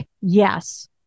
yes